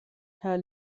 herr